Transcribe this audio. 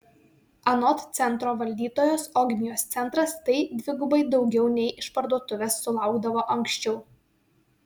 anot centro valdytojos ogmios centras tai dvigubai daugiau nei išparduotuvės sulaukdavo anksčiau